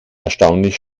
erstaunlich